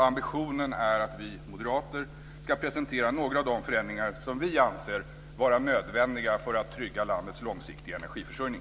Ambitionen är att vi moderater ska presentera några av de förändringar som vi anser vara nödvändiga för att trygga landets långsiktiga energiförsörjning.